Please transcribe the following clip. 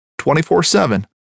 24-7